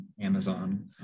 Amazon